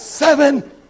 seven